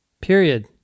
Period